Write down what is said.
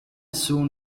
soon